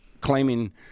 claiming